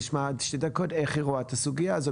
נשמע שתי דקות איך היא רואה את הסוגייה הזאת